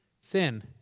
Sin